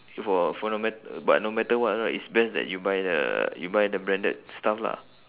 for for no mat~ but no matter what right it's best that you buy the you buy the branded stuff lah